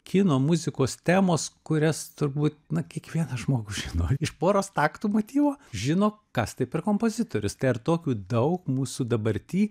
kino muzikos temos kurias turbūt na kiekvienas žmogus žino iš poros taktų motyvo žino kas tai per kompozitorius tai ar tokių daug mūsų dabarty